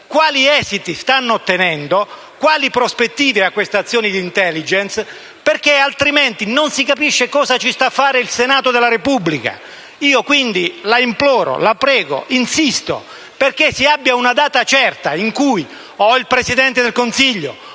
quali esiti stanno ottenendo, quali prospettive ha l'azione d'*intelligence* posta in essere, altrimenti non si capisce cosa ci sta a fare il Senato della Repubblica. La imploro, la prego, insisto perché si fissi una data certa in cui o il Presidente del Consiglio